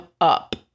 up